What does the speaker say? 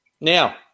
Now